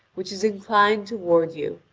which is inclined toward you.